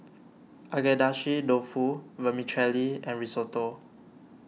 Agedashi Dofu Vermicelli and Risotto